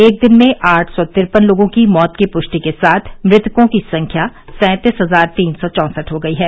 एक दिन में आठ सौ तिरपन लोगों की मौत की पृष्टि के साथ मृतकों की संख्या सैंतीस हजार तीन सौ चौंसठ हो गई है